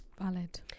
valid